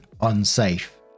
unsafe